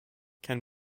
can